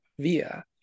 Via